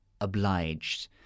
obliged